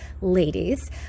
ladies